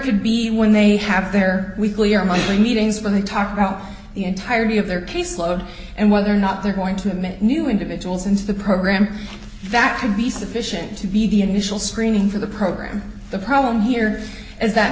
could be when they have their weekly or monthly meetings when they talk about the entirety of their caseload and whether or not they're going to admit new individuals into the program vacuum be sufficient to be the initial screening for the program the problem here is that